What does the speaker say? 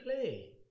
play